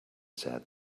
said